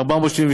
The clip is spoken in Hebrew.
אדוני.